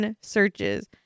searches